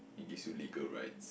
it gives you legal rights